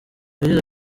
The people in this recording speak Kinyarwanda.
yagize